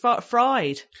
fried